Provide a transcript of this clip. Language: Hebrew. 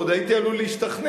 עוד הייתי עלול להשתכנע,